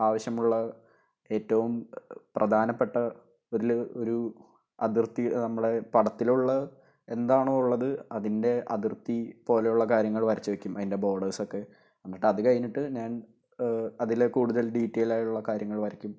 ആവശ്യമുള്ള ഏറ്റവും പ്രധാനപ്പെട്ട ഒരു അതിർത്തി നമ്മളെ പടത്തിലുള്ള എന്താണോ ഉള്ളത് അതിൻ്റെ അതിർത്തി പോലെയുള്ള കാര്യങ്ങൾ വരച്ച് വയ്ക്കും അതിന്റെ ബോഡേഴ്സ് ഒക്കെ എന്നിട്ട് അതുകഴിഞ്ഞിട്ട് ഞാൻ അതിലെ കൂടുതൽ ഡീറ്റെയ്ൽ ആയുള്ള കാര്യങ്ങൾ വരയ്ക്കും